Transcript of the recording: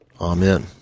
Amen